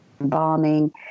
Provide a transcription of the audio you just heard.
embalming